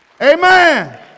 Amen